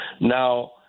Now